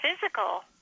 physical